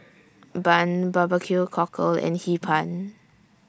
Bun Barbecue Cockle and Hee Pan